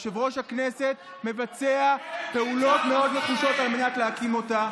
יושב-ראש הכנסת מבצע פעולות מאוד נחושות על מנת להקים אותה,